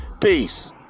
Peace